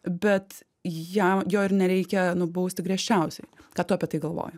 bet jam jo ir nereikia nubausti griežčiausiai ką tu apie tai galvoji